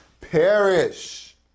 Perish